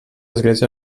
església